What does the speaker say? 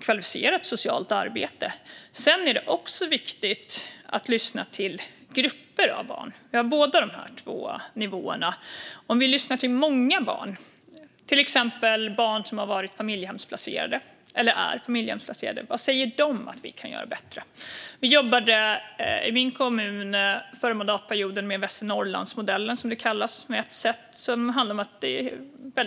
kvalificerat socialt arbete. Sedan är det också viktigt att lyssna till grupper av barn. Det handlar om båda nivåerna. Det kan handla om att vi lyssnar till många barn, till exempel barn som har varit eller är familjehemsplacerade. Vad säger de att vi kan göra bättre? Vi jobbade i den kommun jag tjänstgjorde i förra mandatperioden med Västernorrlandsmodellen, som den kallas. Det är ett sätt. Sedan handlar det om ett väldigt enkelt sätt.